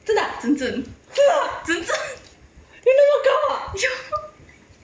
真的啊 !whoa! 有那么高啊